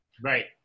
Right